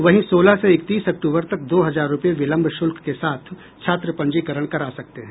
वहीं सोलह से इकतीस अक्टूबर तक दो हजार रुपये विलम्ब शुल्क के साथ छात्र पंजीकरण करा सकते हैं